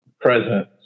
presence